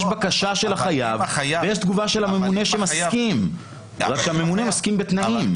יש בקשה של החייב ויש תגובה של הממונה שמסכים אלא הממונה מסכים בתנאים.